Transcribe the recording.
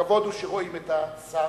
הכבוד הוא שרואים את השר,